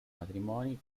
matrimoni